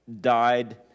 died